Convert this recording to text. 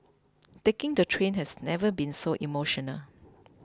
taking the train has never been so emotional